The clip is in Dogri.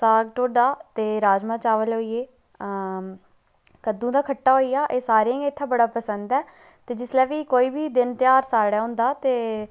साग टोड्डा ते राजमां चावल होइये कद्दूं दा खट्टा होइया एह् सारें गी गै इत्थे बड़ा पसंद ऐ ते जिसलै बी कोई दिन ध्यार साढ़े होंदा ते